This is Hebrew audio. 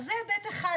זה היבט אחד,